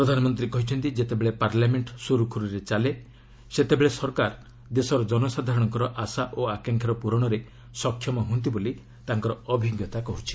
ପ୍ରଧାନମନ୍ତ୍ରୀ କହିଛନ୍ତି ଯେତେବେଳେ ପାଲାମେଣ୍ଟ ସୁରୁଖୁରୁରେ ଚାଲେ ସେତେବେଳେ ସରକାର ଦେଶର ଜନସାଧାରଣଙ୍କର ଆଶା ଓ ଆକାଂକ୍ଷାର ପ୍ରରଣରେ ସକ୍ଷମ ହୃଅନ୍ତି ବୋଲି ତାଙ୍କର ଅଭିଜ୍ଞତା କହୁଛି